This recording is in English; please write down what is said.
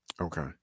Okay